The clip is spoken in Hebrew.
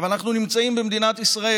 אנחנו נמצאים במדינת ישראל.